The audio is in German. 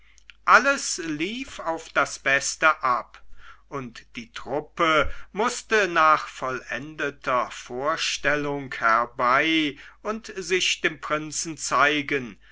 alles lief auf das beste ab und die truppe mußte nach vollendeter vorstellung herbei und sich dem prinzen zeigen